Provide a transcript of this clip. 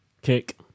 Kick